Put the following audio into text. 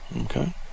okay